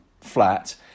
flat